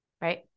right